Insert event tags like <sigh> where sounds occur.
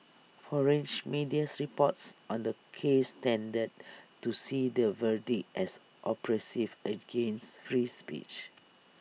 foreign <unintelligible> media reports on the case tended to see the verdict as oppressive against free speech